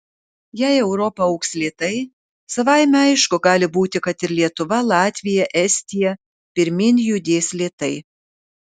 jei europa augs lėtai savaime aišku gali būti kad ir lietuva latvija estija pirmyn judės lėtai